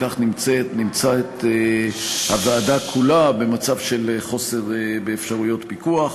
כך נמצא את הוועדה כולה במצב של חוסר באפשרויות פיקוח.